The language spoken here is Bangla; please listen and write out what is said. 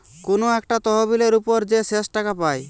কুনু একটা তহবিলের উপর যে শেষ টাকা পায়